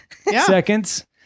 seconds